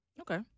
Okay